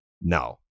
no